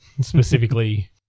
specifically